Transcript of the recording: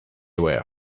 were